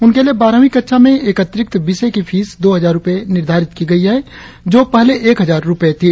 उनके लिए बारहवीं कक्षा में एक अतिरिक्त विषय की फीस दो हजार रुपये निर्धारित की गई है जो पहले एक हजार रुपये थी